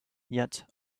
yet